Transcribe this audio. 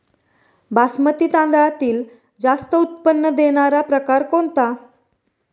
बासमती तांदळातील जास्त उत्पन्न देणारा प्रकार कोणता?